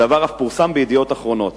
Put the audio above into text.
הדבר אף פורסם ב"ידיעות אחרונות".